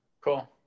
Cool